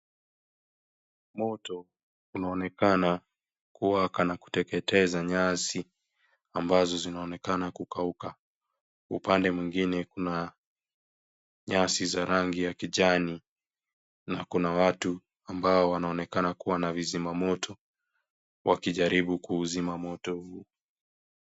Moto unaonekana kuwa kanakuteketeza nyasi ambazo zinaonekana ku kauka upande mwingine kuna nyasi za rangi ya kijani na kuna watu wanaonekana kuwa na vizima moto wakijaribu kuzima moto huu.